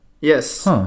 Yes